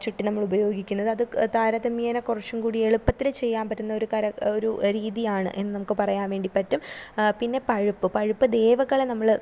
ചുട്ടി നമ്മളുപയോഗിക്കുന്നത് അതു താരതമ്യേന കുറച്ചും കൂടി എളുപ്പത്തിൽ ചെയ്യാൻ പറ്റുന്ന ഒരു കര ഒരു രീതിയാണ് എന്നു നമുക്ക് പറയാൻ വേണ്ടി പറ്റും പിന്നെ പഴുപ്പ് പഴുപ്പ് ദേവകളെ നമ്മൾ